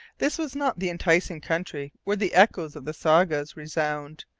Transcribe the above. this was not the enticing country where the echoes of the sagas resound,